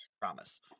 Promise